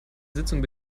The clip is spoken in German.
sitzung